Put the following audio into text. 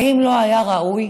האם לא היה ראוי